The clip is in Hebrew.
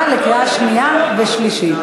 להכנה לקריאה שנייה ושלישית.